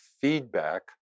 feedback